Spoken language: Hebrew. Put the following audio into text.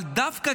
אבל דווקא